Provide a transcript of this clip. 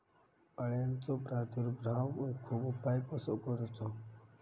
अळ्यांचो प्रादुर्भाव रोखुक उपाय कसो करूचो?